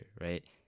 right